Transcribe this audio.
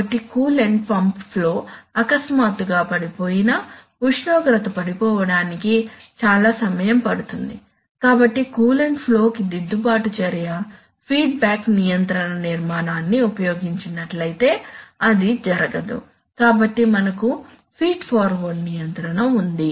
కాబట్టి coolant pump flow అకస్మాత్తుగా పడిపోయినా ఉష్ణోగ్రత పడిపోవడానికి చాలా సమయం పడుతుంది కాబట్టి కూలంట్ ఫ్లో కి దిద్దుబాటు చర్య ఫీడ్బ్యాక్ నియంత్రణ నిర్మాణాన్ని ఉపయోగించినట్లైతే అది జరగదు కాబట్టి మనకు ఫీడ్ ఫార్వర్డ్ నియంత్రణ ఉంది